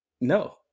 no